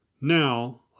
Now